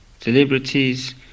celebrities